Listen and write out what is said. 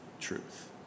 truth